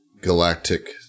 galactic